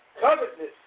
Covetousness